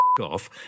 off